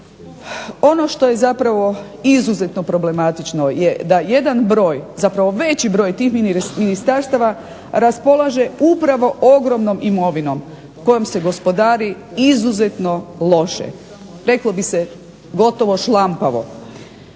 Ono što je zapravo izuzetno problematično da jedan veći broj tih ministarstava raspolaže upravo ogromnom imovinom kojom se gospodari izuzetno loše, reklo bi se gotovo šlampavo.